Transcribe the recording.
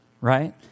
right